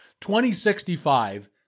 2065